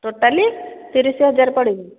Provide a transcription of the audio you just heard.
totally ତିରିଶି ହଜାର ପଡ଼ିବ